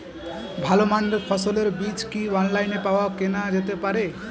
ভালো মানের ফসলের বীজ কি অনলাইনে পাওয়া কেনা যেতে পারে?